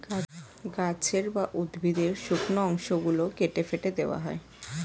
গাছের বা উদ্ভিদের শুকনো অংশ গুলো কেটে ফেটে দেওয়া হয়